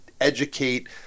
educate